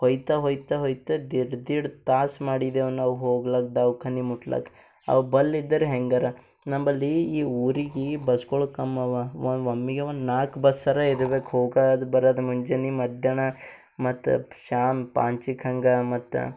ಒಯ್ತಾ ಒಯ್ತಾ ಒಯ್ತಾ ದೀಡ್ ದೀಡ್ ತಾಸು ಮಾಡಿದೇವೆ ನಾವು ಹೋಗ್ಲಕ್ಕ ದವಖಾನಿ ಮುಟ್ಲಕ್ಕ ಆವಾಗ ಬಲ್ಲಿದ್ರೇ ಹೇಗಾರ ನಮ್ಮಲ್ಲಿ ಈ ಊರಿಗೆ ಬಸ್ಗಳು ಕಮ್ ಅವ ಒಮ್ಮೆಗೆ ಒಂದು ನಾಲ್ಕು ಬಸ್ಸಾರ ಇರ್ಬೇಕು ಹೋಗಕ್ಕೆ ಅದು ಬರೋದು ಮುಂಜಾನೆ ಮಧ್ಯಾಹ್ನ ಮತ್ತು ಶಾಮ್ ಪಾಂಚಿಕ್ಕ ಹಾಂಗೆ ಮತ್ತು